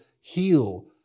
heal